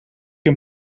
een